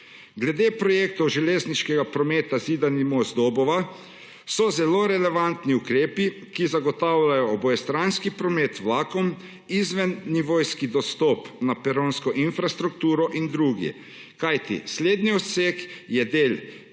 Glede projektov železniškega prometa Zidani Most-Dobova, so zelo relevantni ukrepi, ki zagotavljajo obojestranski promet vlakom izven nivojski dostop na peronsko infrastrukturo in drugi, kajti slednji odsek je del